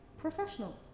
Professional